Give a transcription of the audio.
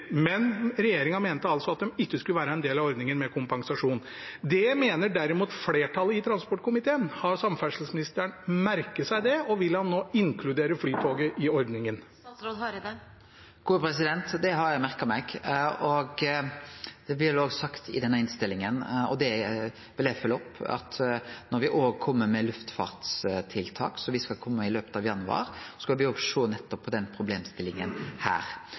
men regjeringen mente altså at de ikke skulle være en del av ordningen med kompensasjon. Det mener derimot flertallet i transportkomiteen. Har samferdselsministeren merket seg det, og vil han nå inkludere Flytoget i ordningen? Det har eg merka meg. Det blir vel òg sagt i innstillinga, og det vil eg følgje opp. Når me kjem med luftfartstiltak i løpet av januar, skal me òg sjå nettopp på